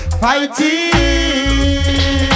fighting